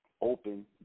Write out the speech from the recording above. open